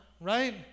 right